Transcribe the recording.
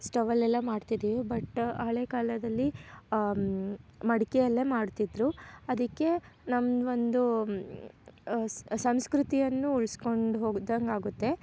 ಸ್ಟವಲ್ಲೆಲ್ಲ ಮಾಡ್ತಿದಿವಿ ಬಟ್ ಹಳೆ ಕಾಲದಲ್ಲಿ ಮಡಿಕೆ ಅಲ್ಲೇ ಮಾಡ್ತಿದ್ರು ಅದಕ್ಕೆ ನಮ್ದು ಒಂದು ಸಂಸ್ಕೃತಿಯನ್ನು ಉಳಿಸ್ಕೊಂಡ್ ಹೋಗ್ದಂಗೆ ಆಗುತ್ತೆ